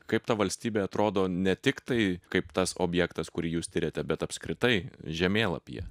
kaip ta valstybė atrodo ne tiktai kaip tas objektas kurį jūs tiriate bet apskritai žemėlapyje